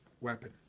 weapon